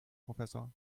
professor